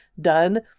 done